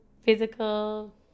physical